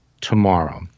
tomorrow